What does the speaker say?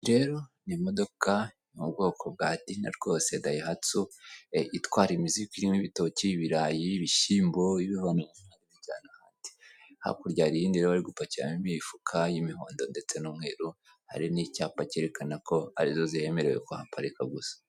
Amarembo ariho icyapa avuga ibijyanye n'ibikorerwa aho, ahantu handitseho igororero rya Rwamagana aho bajyana abantu bafite imico itari myiza, kugira ngo bagororwe bagire imico myiza.